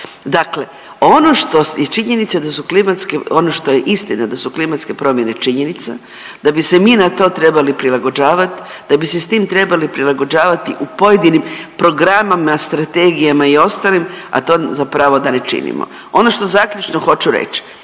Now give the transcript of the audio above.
klimatske, ono što je istina, da su klimatske promjene činjenica, da bi se mi na to trebali prilagođavati, da bi se s tim trebali prilagođavati u pojedinim programa, strategijama i ostalim, a to zapravo da ne činimo. Ono što zaključno hoću reći,